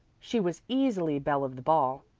she was easily belle of the ball.